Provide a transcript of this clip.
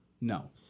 no